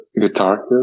Guitar